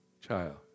child